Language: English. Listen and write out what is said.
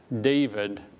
David